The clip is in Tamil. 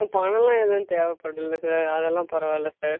ஆ பணம்லாம் எதுவும் தேவைப்படல சார் அதெல்லாம் பரவால்லை சார்